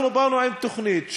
אנחנו באנו עם תוכנית,